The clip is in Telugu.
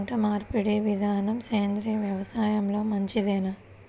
పంటమార్పిడి విధానము సేంద్రియ వ్యవసాయంలో మంచిదేనా?